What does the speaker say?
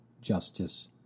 justice